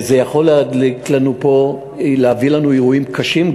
זה יכול להביא לנו אירועים קשים,